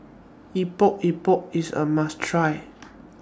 Epok Epok IS A must Try